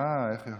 אה, איך פספסתי?